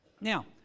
Now